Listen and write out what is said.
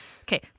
Okay